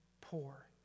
poor